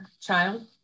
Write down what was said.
child